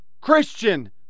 Christian